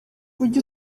ujye